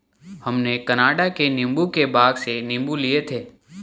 हमने कनाडा में नींबू के बाग से नींबू लिए थे